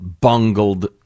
bungled